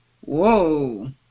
Whoa